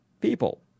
people